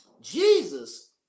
Jesus